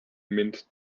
mint